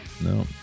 No